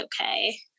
okay